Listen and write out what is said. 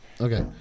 Okay